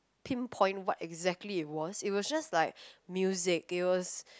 pinpoint what exactly it was it was just like music it was